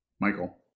Michael